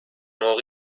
واقع